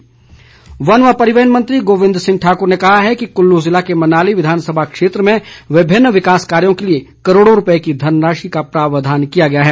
गोविंद वन व परिवहन मंत्री गोविंद ठाक्र ने कहा है कि कुल्लू ज़िले के मनाली विधानसभा क्षेत्र में विभिन्न विकास कार्यों के लिए करोड़ों रुपये की धनराशि का प्रावधान किया गया है